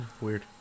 Weird